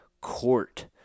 court